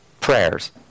Prayers